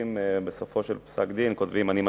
ששופטים בסופו של פסק-דין כותבים: אני מסכים.